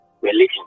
religion